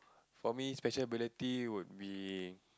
for me special ability would be